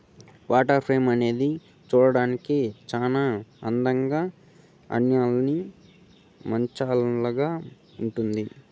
water frame అనేది చూడ్డానికి చానా అందంగా అల్లిన మంచాలాగా ఉంటుంది